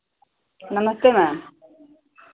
नमस्ते मैम